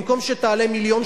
במקום שתעלה 1.7 מיליון,